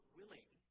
willing